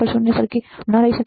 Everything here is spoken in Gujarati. પર શૂન્ય સર્કિટ ન રહી શકે